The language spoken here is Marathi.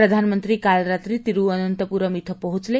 प्रधानमंत्री काल रात्री तिरुवअनंतपुरम इथं पोहोचले